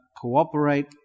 cooperate